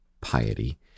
piety